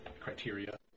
criteria